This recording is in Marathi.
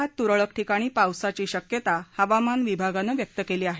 मात्र तुरळक ठिकाणी पावसाची शक्यता हवामान विभागानं व्यक्त केली आहे